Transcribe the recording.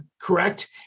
correct